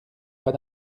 pas